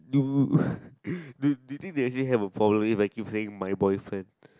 do do do you think they actually probably have a vacuum saying my boyfriend